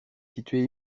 située